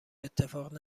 اتفاق